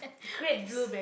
grapes